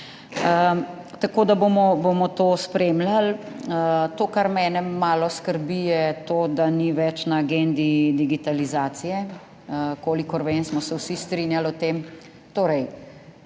Tako, da bomo to spremljali. To, kar mene malo skrbi, je to, da ni več na agendi digitalizacije. Kolikor vem, smo se vsi strinjali o tem.